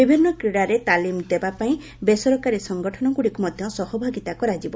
ବିଭିନ୍ନ କ୍ରୀଡାରେ ତାଲିମ ଦେବା ପାଇଁ ବେସରକାରୀ ସଂଗଠନଗୁଡ଼ିକୁ ମଧ୍ୟ ସହଭାଗିତା କରାଯିବ